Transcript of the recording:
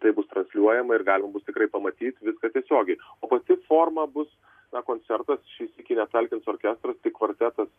tai bus transliuojama ir galima bus tikrai pamatyt viską tiesiogiai o pati forma bus na koncertas šį sykį netalkins orkestras kvartetas